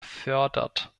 fördert